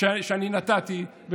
שאני נתתי.